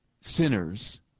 sinners